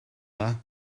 dda